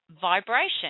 vibration